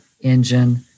engine